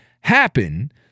happen